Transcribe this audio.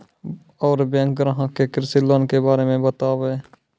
और बैंक ग्राहक के कृषि लोन के बारे मे बातेबे?